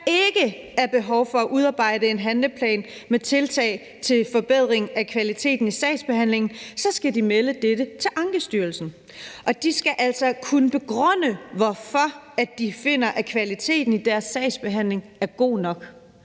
der ikke er behov for at udarbejde en handleplan med tiltag til forbedring af kvaliteten i sagsbehandlingen, så skal de meddele dette til Ankestyrelsen. De skal altså kunne begrunde, hvorfor de finder, at kvaliteten i deres sagsbehandling er god nok.